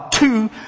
Two